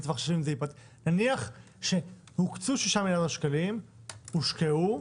נניח שהוקצו 6 מיליארד שקלים והושקעו,